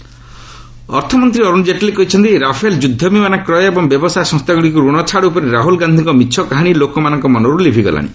ଜେଟ୍ଲୀ ଏଫ୍ବି ଅର୍ଥମନ୍ତୀ ଅରୁଣ ଜେଟ୍ଲୀ କହିଛନ୍ତି ରାଫେଲ୍ ଯୁଦ୍ଧବିମାନ କ୍ରୟ ଏବଂ ବ୍ୟବସାୟ ସଂସ୍ଥାଗୁଡ଼ିକୁ ରଣ ଛାଡ଼ ଉପରେ ରାହୁଲ୍ ଗାନ୍ଧିଙ୍କ ମିଛ କାହାଣୀ ଲୋକମାନଙ୍କ ମନରୁ ଲିଭିଗଲାଣି